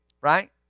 Right